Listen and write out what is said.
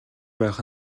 байх